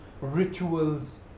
rituals